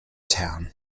town